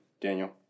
Daniel